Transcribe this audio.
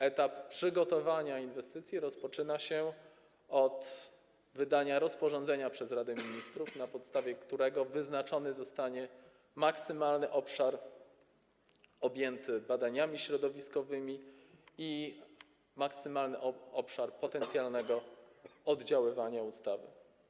Etap przygotowania inwestycji rozpoczyna się od wydania rozporządzenia przez Radę Ministrów, na podstawie którego wyznaczony zostanie maksymalny obszar objęty badaniami środowiskowymi i maksymalny obszar potencjalnego oddziaływania ustawy.